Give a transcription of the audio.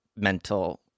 mental